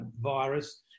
virus